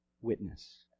witness